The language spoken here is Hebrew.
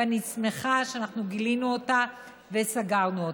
ואני שמחה שאנחנו גילינו אותה וסגרנו אותה.